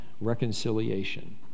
reconciliation